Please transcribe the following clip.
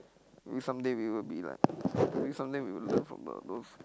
maybe someday we will be like maybe someday we will learn from the those